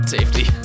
Safety